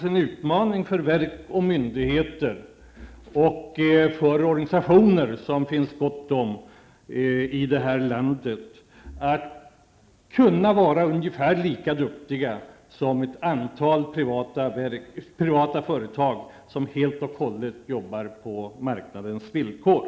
Jag tycker att det är en utmaning för verk och myndigheter och för organisationer -- som det finns gott om i det här landet -- att vara ungefär lika duktiga som ett antal privata företag som arbetar helt och hållet på marknadens villkor.